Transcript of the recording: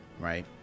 Right